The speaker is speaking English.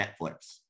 Netflix